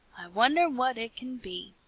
wonder what it can be.